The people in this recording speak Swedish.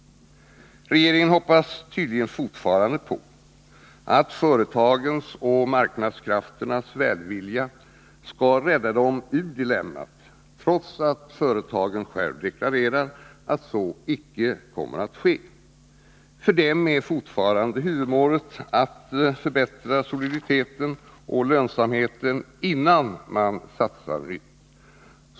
Regeringen hoppas tydligen fortfarande på att företagens och marknadskrafternas välvilja skall rädda dem ur dilemmat trots att företagen själva deklarerar att så icke kommer att ske. För dem är fortfarande huvudmålet att förbättra soliditeten och lönsamheten innan man satsar nytt.